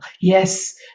Yes